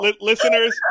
listeners